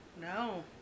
No